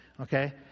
okay